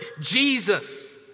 Jesus